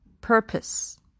purpose